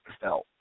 help